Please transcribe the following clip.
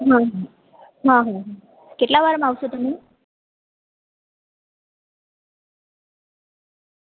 હા હહ કેટલા વારમાં આવશો તમે